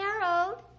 Harold